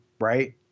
right